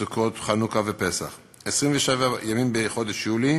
סוכות, חנוכה ופסח, 27 ימים בחודש יולי,